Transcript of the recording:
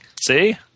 See